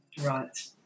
Right